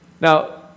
Now